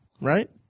right